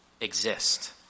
exist